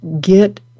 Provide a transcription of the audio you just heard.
get